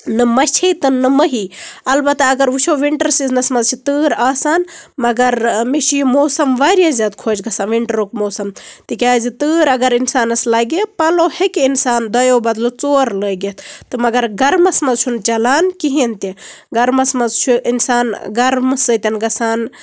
نہ مَچھٕے تہٕ نہ مٔہی اَلبتہ اَگر وُچھو وِنٹر سیٖزنَس منٛز چھِ تۭر آسان مَگر مےٚ چھُ یہِ موسَم واریاہ زیادٕ خۄش گژھان وِنٹرُک موسَم تِکیازِ تۭر اَگر اِنسانَس لگہِ پَلو ہیٚکہِ اِنسان دۄیو بدلہٕ ژور لٲگِتھ تہٕ مَگر گرمَس منٛز چھُنہٕ چلان کِہینۍ تہِ گرمَس منٛز چھُ اِنسان گرمہٕ سۭتٮ۪ن گژھان